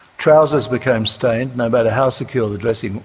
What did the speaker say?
trousers became stained, no matter how secure the dressing,